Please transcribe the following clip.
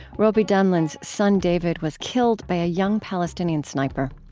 robi damelin's son, david, was killed by a young palestinian sniper.